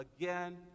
again